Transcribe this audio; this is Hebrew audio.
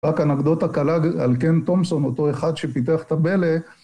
רק אנקדוטה קלה על קן תומפסון, אותו אחד שפיתח את הבלה.